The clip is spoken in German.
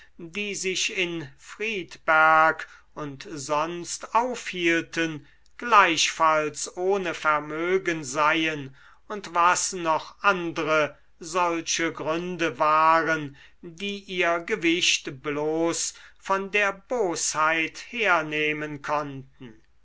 die sich in friedberg und sonst aufhielten gleichfalls ohne vermögen seien und was noch andre solche gründe waren die ihr gewicht bloß von der bosheit hernehmen konnten